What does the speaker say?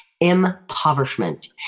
impoverishment